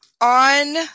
on